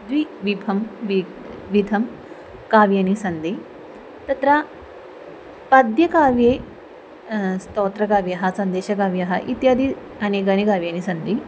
द्वि विधं विक् विधं काव्यनि सन्ति तत्र पद्यकाव्ये स्तोत्रकाव्यः सन्देशकाव्यः इत्यादि अनेकानि काव्यानि सन्ति